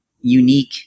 unique